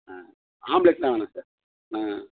ஆ ஆம்ப்லேட்லாம் வேணாம் சார் நான்